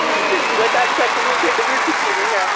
ते ऐल्ले तगर मिगी ढिड्ड पीड़ चुक्की निं ऐ